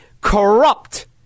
corrupt